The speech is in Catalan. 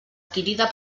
adquirida